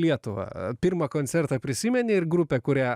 lietuvą pirmą koncertą prisimeni ir grupę kurią